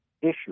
issue